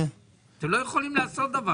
אתם לא יכולים לעשות דבר כזה.